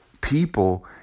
people